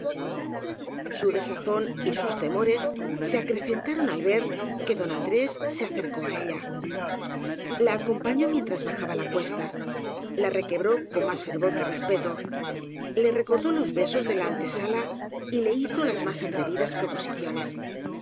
su desazón y sus temores se acrecentaron al ver iue don andrés se acercó á ella la acompaño mientras bajaba la cuesta la requebró con mas fervor que respeto le recordó los besos de la ante sala y le hizo las más atrevidas proposiciones